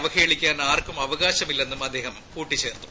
അവഹേളിക്കാൻ ആർക്കും അവകാശമില്ലെന്നും അദ്ദേഹം കൂട്ടിച്ചേർത്തു